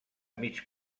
mig